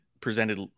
presented